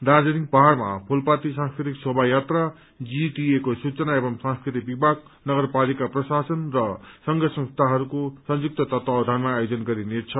दार्जीलिङ पहाड़मा फूलपाती सांस्कृतिक शोभा यात्रा जीटीए को सूचना एंव सांस्कृतिक विभाग नगरपालिका प्रशासन र संघ संस्थनहरूको संयुक्त तत्वावधानमा आयोजन गरिने छ